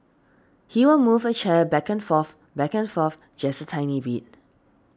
he will move a chair back and forth back and forth just a tiny bit